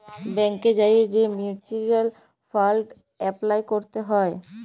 ব্যাংকে যাঁয়ে যে মিউচ্যুয়াল ফাল্ড এপলাই ক্যরতে হ্যয়